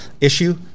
issue